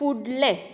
फुडलें